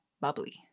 bubbly